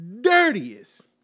dirtiest